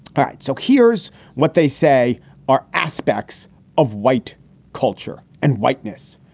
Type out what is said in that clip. right. so here's what they say are aspects of white culture and whiteness.